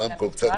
בנק ישראל